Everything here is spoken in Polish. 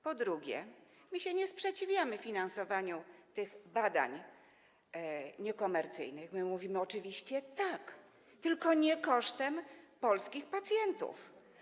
Po drugie, nie sprzeciwiamy się finansowaniu tych badań niekomercyjnych, tylko mówimy: oczywiście tak, tylko nie kosztem polskich pacjentów.